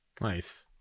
Nice